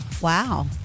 Wow